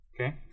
Okay